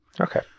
Okay